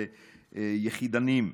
ליחידנים,